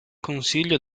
consiglio